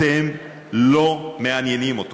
אתם לא מעניינים אותו.